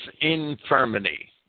infirmity